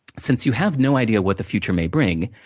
since you have no idea what the future may bring,